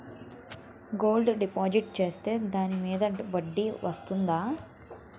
Gold deposit చేస్తే దానికి ఏమైనా వడ్డీ వస్తుందా?